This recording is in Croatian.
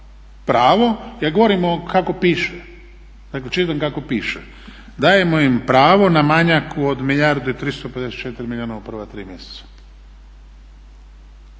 piše, dakle čitam kako piše, dajemo im pravo na manjak do 1 milijardu i 350 milijuna u prava tri mjeseca.